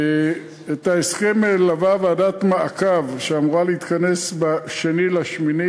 את ההסכם מלווה ועדת מעקב שאמורה להתכנס ב-2 באוגוסט,